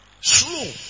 Slow